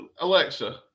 Alexa